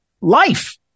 life